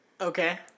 Okay